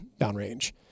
downrange